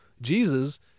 Jesus